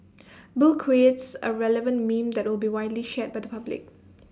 bill creates A relevant meme that will be widely shared by the public